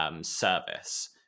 service